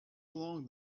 along